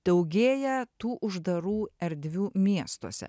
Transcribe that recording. daugėja tų uždarų erdvių miestuose